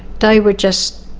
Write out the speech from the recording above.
they were just